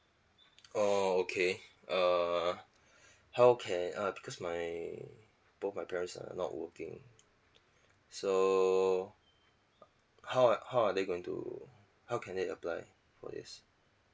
orh okay err how can uh because my both my parents are not working so how how are they going to how can they apply for this